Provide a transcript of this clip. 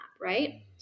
right